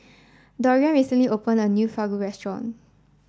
dereon recently opened a new Fugu restaurant